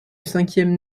cinquième